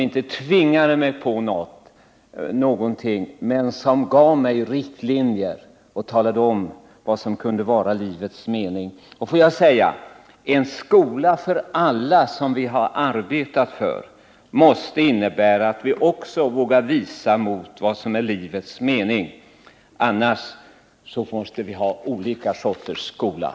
De tvingade inte på mig någonting, men de gav mig riktlinjer och talade om vad som kunde vara livets mening. Låt mig också säga: Vi vill arbeta för en skola för alla. Då bör vi också kunna visa på vad som är livets mening. Annars måste vi ha ett skolsystem med olika sorters skolor.